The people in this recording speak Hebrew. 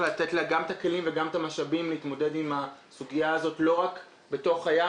את הכלים וגם את המשאבים להתמודד עם הסוגיה הזאת לא רק בתוך הים,